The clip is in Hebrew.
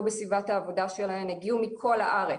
בסביבת העבודה שלהן הגיעו מכל הארץ,